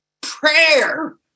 prayer